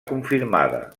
confirmada